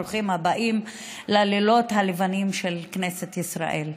ברוכים הבאים ללילות הלבנים של כנסת ישראל.